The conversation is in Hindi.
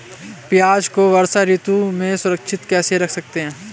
प्याज़ को वर्षा ऋतु में सुरक्षित कैसे रख सकते हैं?